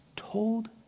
Told